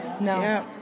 No